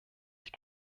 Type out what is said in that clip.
die